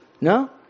no